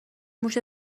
موش